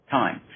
time